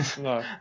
No